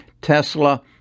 Tesla